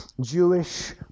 Jewish